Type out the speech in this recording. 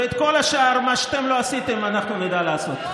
את כל השאר, מה שאתם לא עשיתם, אנחנו נדע לעשות.